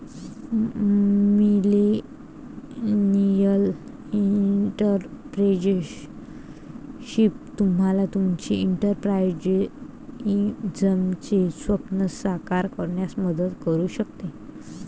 millennial entrepreneurship तुम्हाला तुमचे एंटरप्राइझचे स्वप्न साकार करण्यात मदत करू शकते